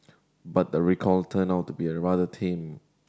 but the recoil turned out to be a rather tame